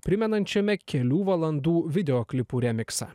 primenančiame kelių valandų video klipų remiksą